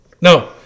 No